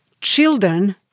children